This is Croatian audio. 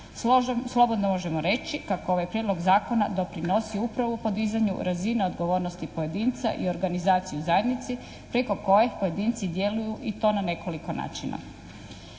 Slobodno možemo reći kako ovaj prijedlog zakona doprinosi upravo podizanju razine odgovornosti pojedinca i organizaciji u zajednici preko koje pojedinci djeluju i to na nekoliko načina.